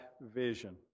vision